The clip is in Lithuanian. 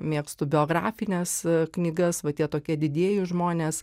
mėgstu biografines knygas va tie tokie didieji žmonės